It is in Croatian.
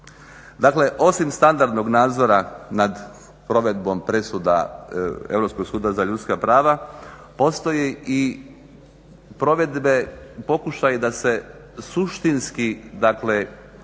Dakle osim standardnog nadzora nad provedbom presuda Europskog suda za ljudska prava postoje i pokušaji da se suštinski dakle